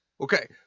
Okay